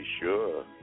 sure